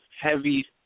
heavy